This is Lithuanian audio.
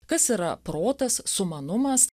kas yra protas sumanumas